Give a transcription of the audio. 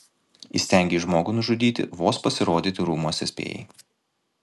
įstengei žmogų nužudyti vos pasirodyti rūmuose spėjai